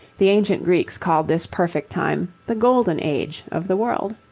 the ancient greeks called this perfect time the golden age of the world.